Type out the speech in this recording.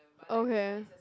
okay